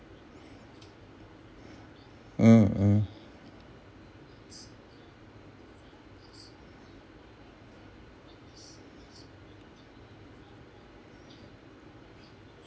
mm mm